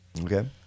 Okay